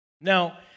Now